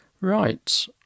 Right